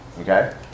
okay